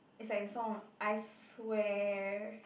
it's like the song I swear